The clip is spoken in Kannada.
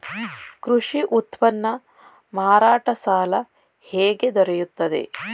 ಕೃಷಿ ಉತ್ಪನ್ನ ಮಾರಾಟ ಸಾಲ ಹೇಗೆ ದೊರೆಯುತ್ತದೆ?